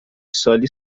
سالی